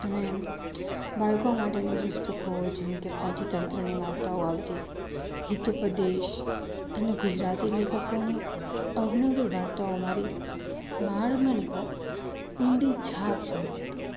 અને બાળકો માટેનાં પુસ્તકો જેમકે પંચતંત્રની વાર્તાઓ આવતી હિતોપદેશ અને ગુજરાતી લેખકોની અવનવી વાર્તાઓ મારાં બાળ મન પર ઊંડી છાપ છોડી હતી